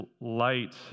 light